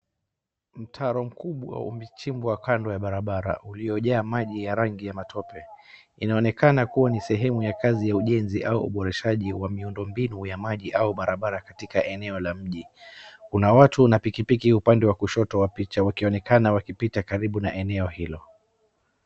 Mtaro mkubwa umechimbwa kando ya barabara, uliojaa rangi ya maji ya matope. Inaonekana kuwa ni sehemu ya kazi ya ujenzi au uboreshaji wa miundo mbinu ya maji au barabara katika eneo la mji. Kuna watu waa pikipiki pande wa kushoto wa picha wakionekana wakipita karibu na eneo hilo.